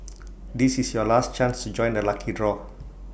this is your last chance to join the lucky draw